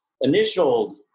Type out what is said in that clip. initial